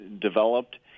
developed